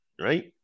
Right